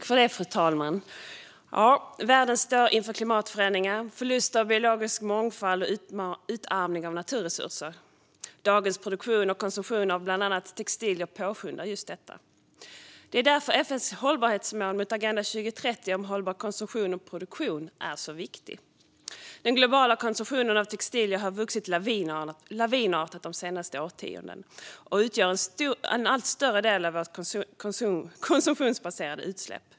Fru talman! Världen står inför klimatförändringar, förlust av biologisk mångfald och utarmning av naturresurser. Dagens produktion och konsumtion av bland annat textilier påskyndar just detta. Det är därför FN:s hållbarhetsmål mot Agenda 2030 om hållbar konsumtion och produktion är så viktiga. Den globala konsumtionen av textilier har vuxit lavinartat de senaste årtiondena och utgör en allt större del av våra konsumtionsbaserade utsläpp.